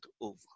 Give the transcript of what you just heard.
over